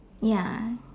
ya